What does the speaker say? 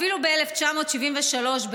אפילו ב-1973,